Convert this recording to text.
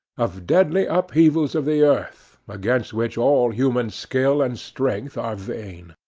of deadly upheavals of the earth, against which all human skill and strength are vain.